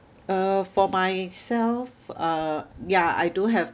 uh for myself uh ya I do have